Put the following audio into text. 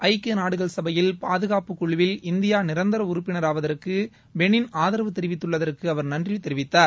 ஐக்கிய நாடுகள் சபையில் பாதுகாப்பு குழுவில் இந்தியா நிரந்தர உறுப்பினராவதற்கு பெளின் ஆதரவு தெரிவித்துள்ளதற்கு அவர் நன்றித் தெரிவித்தார்